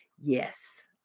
yes